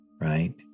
right